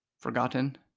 Forgotten